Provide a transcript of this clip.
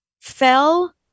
Fell